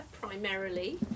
primarily